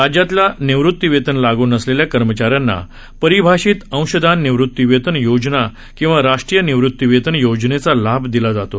राज्यातल्या निवृत्ती वेतन लागू नसलेल्या कर्मचाऱ्यांना परिभाषित अंशदान निवृतीवेतन योजना किंवा राष्ट्रीय निवृत्तीवेतन योजनेचा लाभ दिला जातो